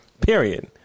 Period